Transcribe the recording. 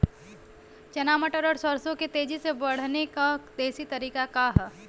चना मटर और सरसों के तेजी से बढ़ने क देशी तरीका का ह?